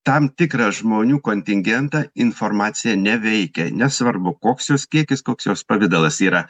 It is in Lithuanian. tam tikrą žmonių kontingentą informacija neveikia nesvarbu koks jos kiekis koks jos pavidalas yra